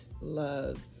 love